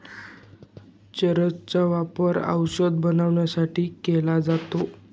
चरस चा वापर औषध बनवण्यासाठी केला जातो